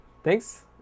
Thanks